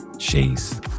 chase